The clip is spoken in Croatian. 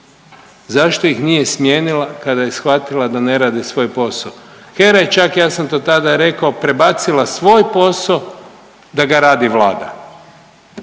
zašto ih nije smijenila kada je shvatila da ne rade svoj posao? HERA je čak, ja sam to tada rekao, prebacila svoj posao da ga radi Vlada,